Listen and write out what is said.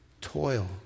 toil